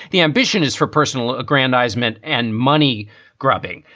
the ambition is for personal aggrandizement and money grubbing,